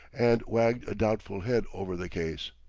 and wagged a doubtful head over the case.